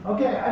Okay